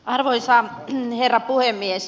arvoisa herra puhemies